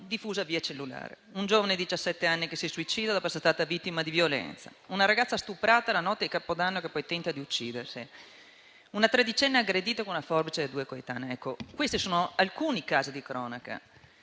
diffuse via cellulare; una giovane di diciassette anni si è suicidata, dopo essere stata vittima di violenza; una ragazza è stata stuprata la notte di capodanno e ha poi tentato di uccidersi; una tredicenne è stata aggredita con una forbice da due coetanei. Ecco, questi sono alcuni casi di cronaca